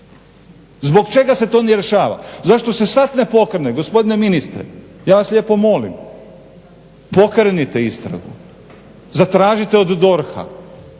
Zbog čega se to ne rješava? Zašto se sad ne pokrene, gospodine ministre, ja vas lijepo molim pokrenite istragu, zatražite od DORH-a.